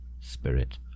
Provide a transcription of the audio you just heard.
spirit